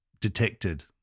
detected